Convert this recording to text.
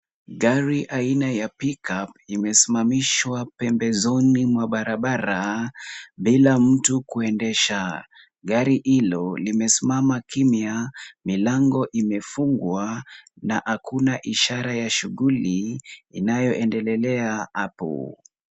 Gari aina ya pickup imesimamishwa pembezoni mwa barabara, bila mtu kuendesha. Gari hilo limesimama kimya, milango imefungwa na hakuna ishara ya shughuli inayoendelelea hapo.